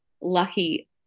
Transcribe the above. lucky